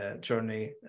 journey